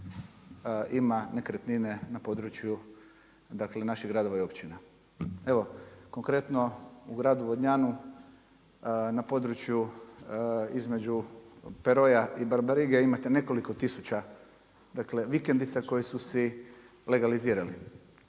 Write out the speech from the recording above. ima nekretnine na području, dale naših gradova i općina. Evo konkretno u gradu Vodnjanu na području između Peroja i Barabarige imate nekoliko tisuća vikendica koje su si legalizirali.